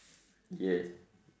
yes